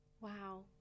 Wow